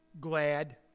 glad